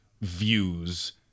views